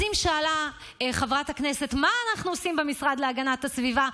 אז אם שאלה חברת הכנסת מה אנחנו עושים במשרד להגנת הסביבה,